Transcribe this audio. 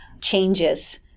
changes